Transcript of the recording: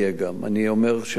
אני אומר שלא יהיה.